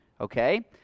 okay